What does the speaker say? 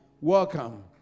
welcome